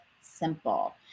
simple